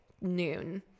noon